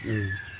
ம்